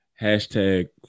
Hashtag